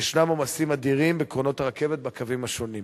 ישנם עומסים אדירים בקרונות הרכבת בקווים השונים.